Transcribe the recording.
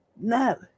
No